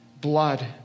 blood